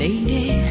Lady